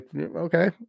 okay